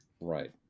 Right